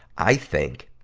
i think